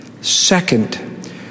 Second